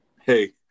Hey